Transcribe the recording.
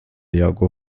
jaguar